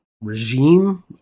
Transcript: regime